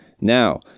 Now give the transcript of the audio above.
Now